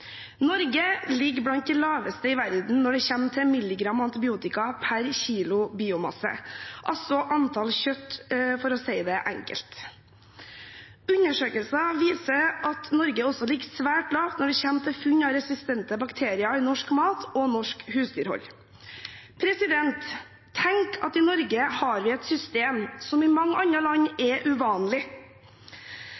Norge ligger blant de laveste i verden når det kommer til milligram antibiotika per kilo biomasse, altså kjøtt, for å si det enkelt. Undersøkelser viser at Norge også ligger svært lavt når det kommer til funn av resistente bakterier i norsk mat og norsk husdyrhold. Tenk at vi i Norge har et system som i mange andre land